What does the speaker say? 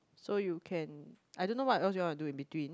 so you can I don't know what else you want to do in between